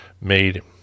made